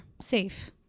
safe